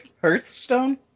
Hearthstone